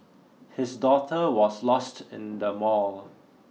his daughter was lost in the mall